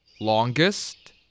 longest